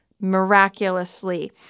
miraculously